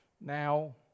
now